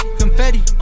confetti